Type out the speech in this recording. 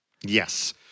Yes